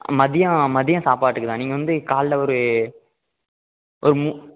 மதியம் மதியம் சாப்பாட்டுக்கு தான் நீங்கள் வந்து காலைல ஒரு ஒரு மூ